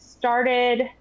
Started